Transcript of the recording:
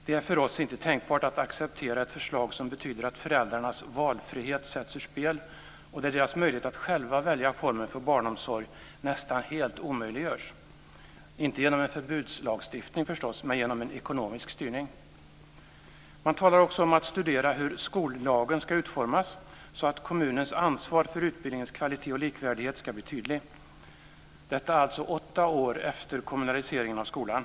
Det är för oss inte tänkbart att acceptera ett förslag som betyder att föräldrarnas valfrihet sätts ur spel och där deras möjlighet att själva välja formen för barnomsorg nästan helt omöjliggörs, inte genom en förbudslagstiftning, men genom en ekonomisk styrning. Man talar också om att studera hur skollagen ska utformas så att kommunens ansvar för utbildningens kvalitet och likvärdighet ska bli tydlig. Detta sker alltså åtta år efter kommunaliseringen av skolan.